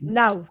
now